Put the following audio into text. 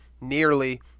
nearly